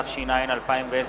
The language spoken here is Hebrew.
התש"ע 2010,